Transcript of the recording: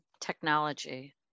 technology